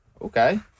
Okay